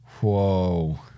Whoa